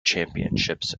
championships